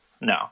no